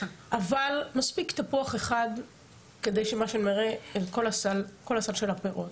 אבל מספיק תפוח אחד כדי שמה שנראה זה כל הסל של הפירות.